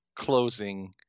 closing